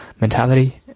mentality